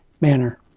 manner